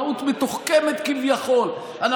אז